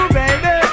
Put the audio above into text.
baby